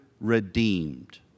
redeemed